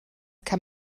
kann